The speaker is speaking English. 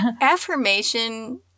affirmation